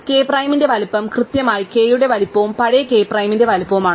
അതിനാൽ k പ്രൈമിന്റെ വലുപ്പം കൃത്യമായി k യുടെ വലിപ്പവും പഴയ k പ്രൈമിന്റെ വലുപ്പവുമാണ്